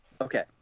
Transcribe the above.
okay